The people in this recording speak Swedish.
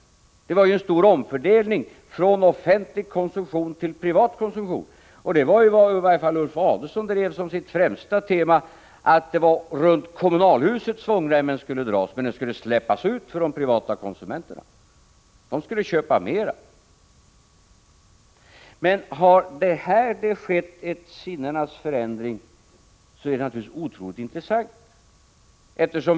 Det talades ju om en stor omfördelning från offentlig konsumtion till privat konsumtion. I varje fall var det Ulf Adelsohns främsta tema att svångremmen skulle dras runt kommunalhuset, medan svångremmen skulle släppas ut när det gällde de privata konsumenterna. De skulle köpa mera. Har det här skett en sinnenas förändring, är det naturligtvis otroligt intressant.